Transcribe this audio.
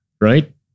right